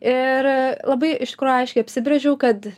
ir labai iš kur aiškiai apsibrėžiau kad